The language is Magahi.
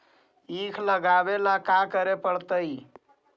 ईख लगावे ला का का करे पड़तैई?